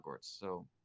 so-